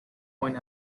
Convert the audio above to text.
point